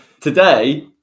today